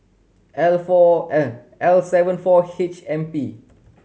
L four N L seven four H M P